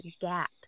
gap